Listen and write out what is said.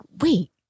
wait